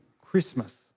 Christmas